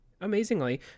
Amazingly